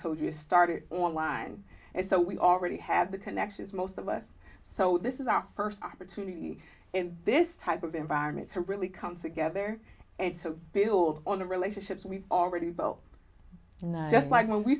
told you started online and so we already have the connections most of us so this is our first opportunity in this type of environment to really come together and to build on the relationships we've already built not just like when we